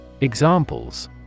Examples